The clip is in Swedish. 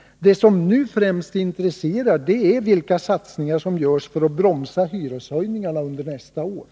Det som nu främst intresserar är Måndagen den vilka satsningar som görs för att bromsa hyreshöjningarna under nästa år.